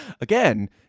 Again